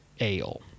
Ale